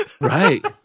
Right